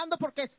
porque